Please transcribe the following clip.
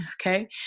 Okay